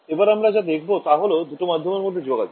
এবার আমরা যা দেখবো তা হল দুটো মাধ্যমের মধ্যে যোগাযোগ